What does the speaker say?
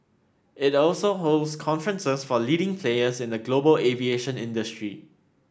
it also hosts conferences for leading players in the global aviation industry